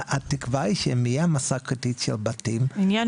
התקווה היא שאם יהיה מסה קריטית של בתים --- העניין